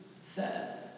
says